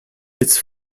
its